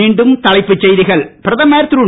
மீண்டும் தலைப்புச் செய்திகள் பிரதமர் திரு